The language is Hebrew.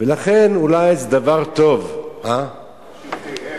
לכן אולי זה דבר טוב, לשבטיהם.